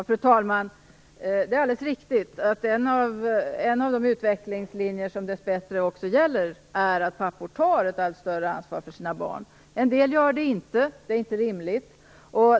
Fru talman! Det är alldeles riktigt. En av de utvecklingslinjer som dess bättre också gäller är att pappor tar ett allt större ansvar för sina barn. En del gör det inte. Det är inte rimligt.